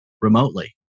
remotely